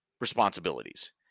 responsibilities